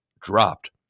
dropped